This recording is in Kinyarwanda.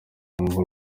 wumva